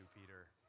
Peter